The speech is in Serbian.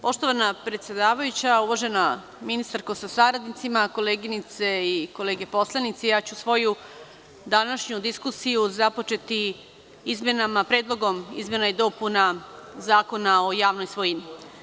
Poštovana predsedavajuća, uvažena ministarko sa saradnicima, koleginice i kolege poslanici, ja ću svoju današnju diskusiju započeti Predlogom izmena i dopuna Zakona o javnoj svojini.